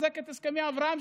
לחזק את הסכמי אברהם,